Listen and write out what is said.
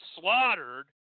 slaughtered